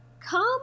Come